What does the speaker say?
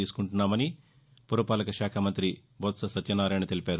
తీసుకుంటున్నామని రాష్ట పురపాలక శాఖ మంతి బొత్స సత్యనారాయణ తెలిపారు